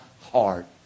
heart